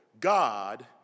God